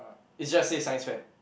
it just say Science fair